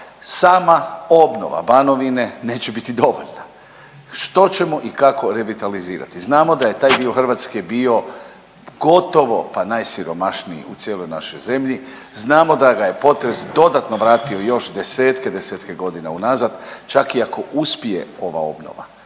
Sama obnova Banovine neće biti dovoljna, što ćemo i kako revitalizirati? Znamo da je taj dio Hrvatske bio gotovo, pa najsiromašniji u cijeloj našoj zemlji, znamo da ga je potres dodatno vratio još desetke, desetke godina unazad, čak i ako uspije ova obnova.